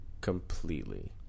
Completely